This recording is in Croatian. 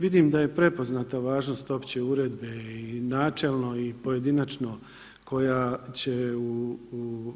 Vidim da je prepoznata važnost opće uredbe i načelno i pojedinačno koja će u